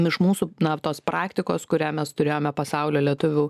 iš mūsų na tos praktikos kurią mes turėjome pasaulio lietuvių